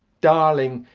darling!